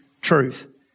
truth